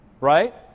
Right